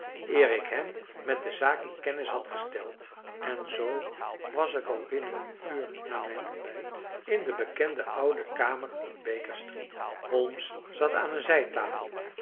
ik hem met de zaak in kennis had gesteld en zoo was ik al binnen een uur na mijn ontbijt in de bekende oude kamer in baker street holmes zat aan een zijtafel